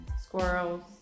squirrels